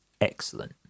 excellent